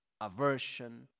aversion